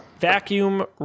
vacuum